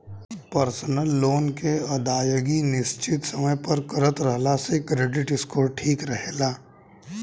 personal loan के अदायगी निसचित समय पर करत रहला से क्रेडिट स्कोर ठिक रहेला